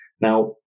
Now